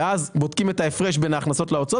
ואז בודקים את ההפרש בין ההכנסות להוצאות